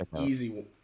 easy